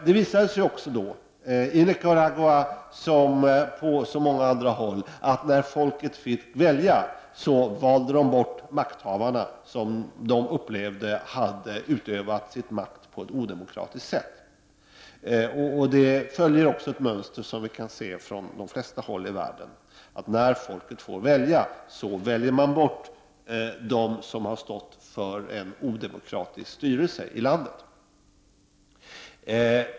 Det visade sig också i Nicaragua, som på många andra håll, att när folket fick välja valde de bort makthavarna, som folket upplevde hade utövat sin makt på ett odemokratiskt sätt. Detta följer ett mönster som vi kan se på de flesta håll i världen, att när folket får välja väljer det bort det som har stått för en odemokratisk styrelse i landet.